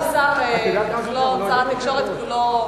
לשם קבלת מידע על מספר טלפון של אחד האזרחים,